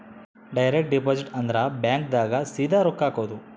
direct deposit ಅಂದ್ರ bank ದಾಗ ಸೀದಾ ರೊಕ್ಕ ಹಾಕೋದು